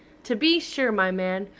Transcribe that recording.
to be sure, my man.